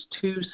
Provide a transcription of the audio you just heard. two